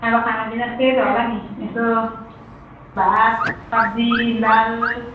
अब खानापिना त्यही त होला नि यसो भात सब्जी दाल